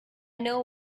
know